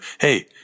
Hey